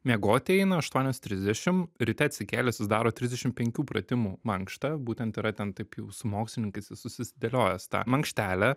miegoti eina aštuonios trisdešimt ryte atsikėlęs jis daro trisdešim penkių pratimų mankštą būtent yra ten taip jau su mokslininkais susidėliojęs tą mankštelę